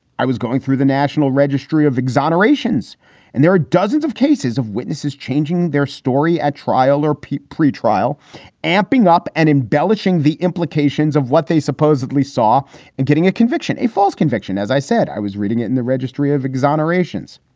i was going through the national registry of exonerations and there are dozens of cases of witnesses changing their story at trial or pete, pre-trial amping up and embellishing the implications of what they supposedly saw and getting a conviction, a false conviction. as i said, i was reading it in the registry of exonerations.